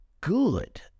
good